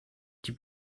die